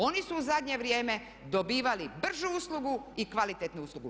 Oni su u zadnje vrijeme dobivali bržu uslugu i kvalitetnu uslugu.